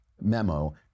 memo